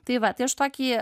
tai va tai aš tokį